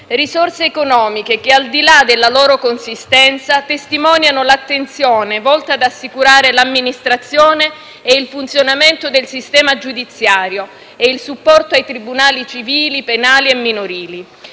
risorse economiche che, al di là della loro consistenza, testimoniano l'attenzione volta ad assicurare l'amministrazione e il funzionamento del sistema giudiziario e il supporto ai tribunali civili, penali e minorili.